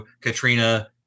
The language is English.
Katrina